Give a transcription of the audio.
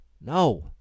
No